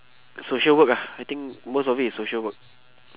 social work ah I think most of it is social work